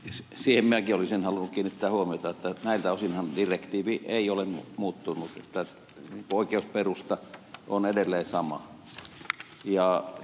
siihen minäkin olisin halunnut kiinnittää huomiota että näiltä osinhan direktiivi ei ole muuttunut että oikeusperusta on edelleen sama